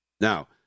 now